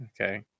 Okay